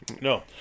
No